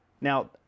now